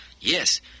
Yes